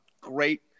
great